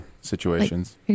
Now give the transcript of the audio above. situations